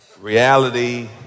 reality